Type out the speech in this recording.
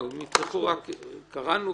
קראנו,